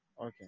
Okay